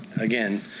again